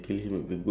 ya